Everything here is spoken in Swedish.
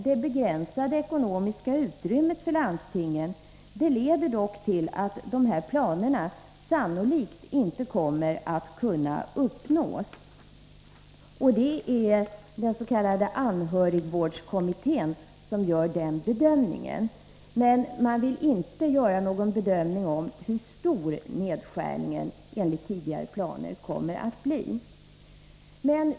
Det begränsade ekonomiska utrymmet för landstingen leder dock till att planerna sannolikt inte kommer att kunna förverkligas. Det är den s.k. anhörigvårdskommittén som gör denna bedömning. Men man vill inte göra någon bedömning om hur stora nedskärningarna enligt tidigare planer kommer att bli.